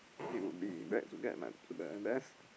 it will be back to get my to get my best